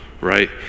right